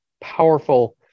powerful